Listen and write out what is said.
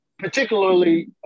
particularly